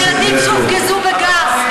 על הילדים שהופגזו בגז.